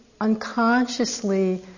unconsciously